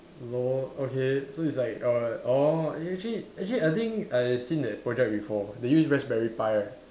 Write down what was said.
lol okay so it's like err orh eh actually actually I think I seen that project before they use raspberry pie right